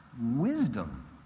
wisdom